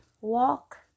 walk